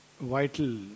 vital